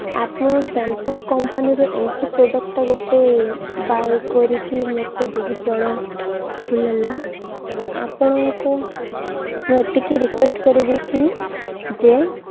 ଆପଣ ସାମ୍ସଙ୍ଗ୍ କମ୍ପାନୀରୁ ଏମିତି ପ୍ରଡ଼କ୍ଟ୍ଟା ଗୋଟେ ବାଏ କରିକି ମୋତେ ବହୁତ ବଡ଼ ଭୁଲ୍ ହେଲା ଆପଣଙ୍କୁ ମୁଁ ଏତିକି ରିକୁଏଷ୍ଟ୍ କରିବି କି ଯେ